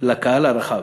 לקהל הרחב.